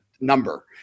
number